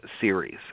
series